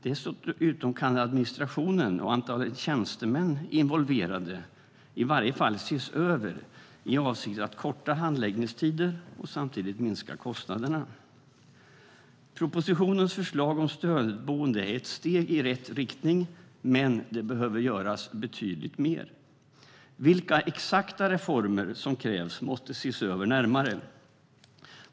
Dessutom kan administrationen och antalet tjänstemän involverade i varje fall ses över i avsikt att korta handläggningstider och samtidigt minska kostnaderna. Propositionens förslag om stödboende är ett steg i rätt riktning, men det behöver göras betydligt mer. Vilka exakta reformer som krävs måste ses över närmare.